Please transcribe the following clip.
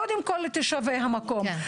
קודם כול לתושבי המקום.